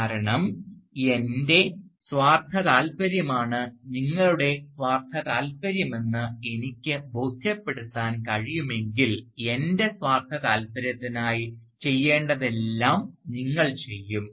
കാരണം എൻറെ സ്വാർത്ഥ താൽപര്യമാണ് നിങ്ങളുടെ സ്വാർത്ഥതാൽപര്യമെന്ന് എനിക്ക് ബോധ്യപ്പെടുത്താൻ കഴിയുമെങ്കിൽ എൻറെ സ്വാർത്ഥതാൽപര്യത്തിനായി ചെയ്യേണ്ടതെല്ലാം നിങ്ങൾ ചെയ്യും